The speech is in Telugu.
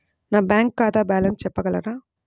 నా బ్యాంక్ ఖాతా బ్యాలెన్స్ చెప్పగలరా?